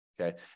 okay